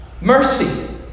Mercy